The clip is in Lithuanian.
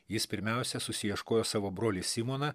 jis pirmiausia susiieškojo savo brolį simoną